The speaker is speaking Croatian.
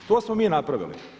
To smo mi napravili.